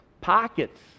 pockets